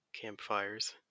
campfires